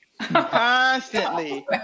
constantly